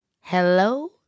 Hello